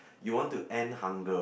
you want to end hunger